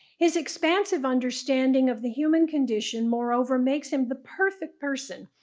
his expansive understanding of the human condition, moreover, makes him the perfect person.